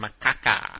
macaca